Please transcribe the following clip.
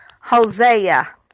Hosea